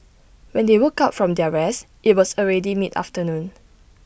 when they woke up from their rest IT was already mid afternoon